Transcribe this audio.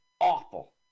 awful